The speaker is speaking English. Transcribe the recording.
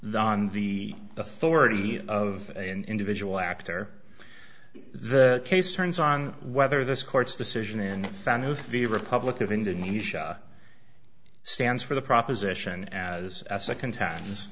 than the authority of an individual actor the case turns on whether this court's decision in the republic of indonesia stands for the proposition as a second times